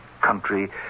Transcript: country